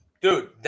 Dude